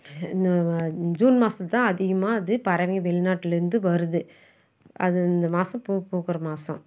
June மாசந்தான் அதிகமாக வந்து பறவைங்கள் வெளிநாட்டில் இருந்து வருது அது இந்த மாதம் பூ பூக்குற மாதம்